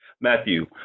Matthew